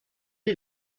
est